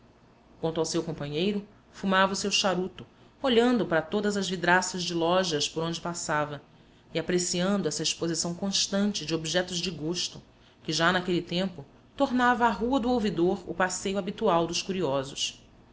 quanto ao seu companheiro fumava o seu charuto olhando para todas as vidraças de lojas por onde passava e apreciando essa exposição constante de objetos de gosto que já naquele tempo tornava a rua do ouvidor o passeio habitual dos curiosos